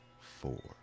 four